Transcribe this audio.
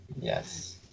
Yes